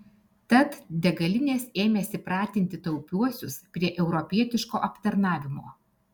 tad degalinės ėmėsi pratinti taupiuosius prie europietiško aptarnavimo